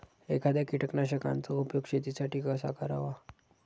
एखाद्या कीटकनाशकांचा उपयोग शेतीसाठी कसा करावा?